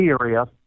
Area